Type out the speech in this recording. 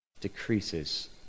decreases